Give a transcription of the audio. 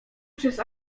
przez